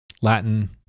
Latin